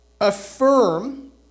affirm